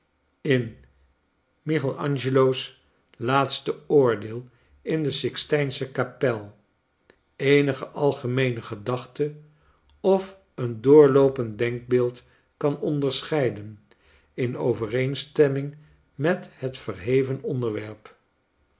in michael angelo's laatste oordeel in de sixtijnsche kapel eenige algemeene gedachte of een doorloopend denkbeeld kan onderscheiden in overeenstemming met het verheven onderwerp